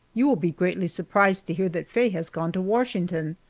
you will be greatly surprised to hear that faye has gone to washington!